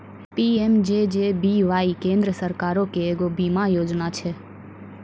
PMJJBY केन्द्र सरकारो के एगो बीमा योजना छै